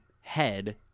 head